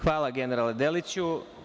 Hvala, generale Deliću.